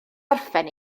orffen